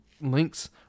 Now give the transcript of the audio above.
links